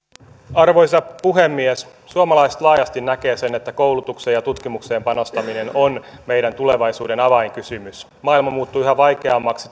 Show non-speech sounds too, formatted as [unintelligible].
arvoisa puhemies suomalaiset laajasti näkevät sen että koulutukseen ja tutkimukseen panostaminen on meidän tulevaisuuden avainkysymys maailma muuttuu yhä vaikeammaksi [unintelligible]